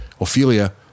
Ophelia